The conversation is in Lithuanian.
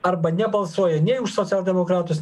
arba nebalsuoja nei už socialdemokratus